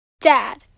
Dad